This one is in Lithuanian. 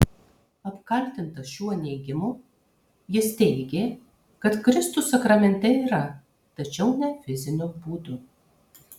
apkaltintas šiuo neigimu jis teigė kad kristus sakramente yra tačiau ne fiziniu būdu